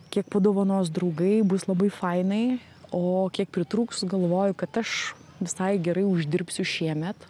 kiek padovanos draugai bus labai fainai o kiek pritrūks galvoju kad aš visai gerai uždirbsiu šiemet